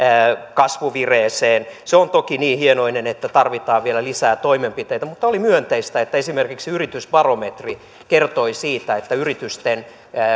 kasvuvireeseen se on toki niin hienoinen että tarvitaan vielä lisää toimenpiteitä mutta oli myönteistä että esimerkiksi yritysbarometri kertoi siitä että yritysten